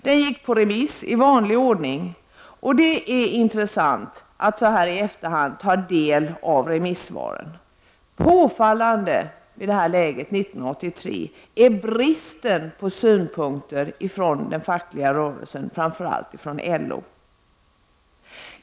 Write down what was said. Den gick på remiss i vanlig ordning, och det är intressant att så här i efterhand ta del av remissvaren. Bristen på synpunkter från den fackliga rörelsen, framför allt från LO, var påfallande i det här läget, 1983.